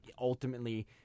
ultimately